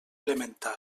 elemental